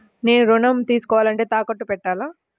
నేను ఋణం తీసుకోవాలంటే తాకట్టు పెట్టాలా?